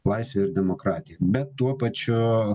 laisvė ir demokratija bet tuo pačiu